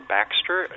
Baxter